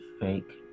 fake